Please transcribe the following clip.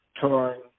touring